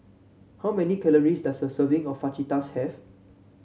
how many calories does a serving of Fajitas have